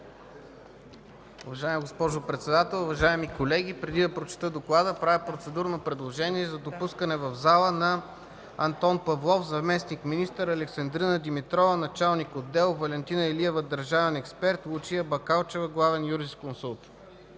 Уважаема госпожо председател, уважаеми колеги! Преди да прочета доклада, правя процедурно предложение за допускане в залата на Антон Павлов – заместник-министър, Александрина Димитрова – началник-отдел, Валентина Илиева – държавен експерт, Лучия Бакалчева – главен юрисконсулт.